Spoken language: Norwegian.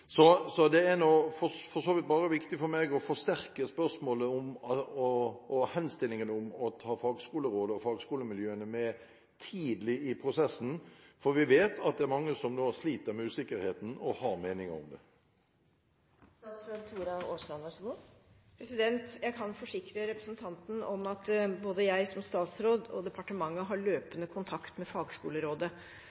er det for så vidt viktig å forsterke spørsmålet – og henstillingen – om å ta fagskolerådet og fagskolemiljøene med tidlig i prosessen. For vi vet at det er mange som nå sliter med usikkerheten og har meninger om dette. Jeg kan forsikre representanten om at både jeg som statsråd og departementet har